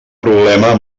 problema